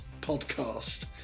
podcast